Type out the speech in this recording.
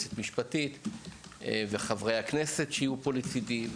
יועצת משפטית וחברי הכנסת שיהיו פה לצידי.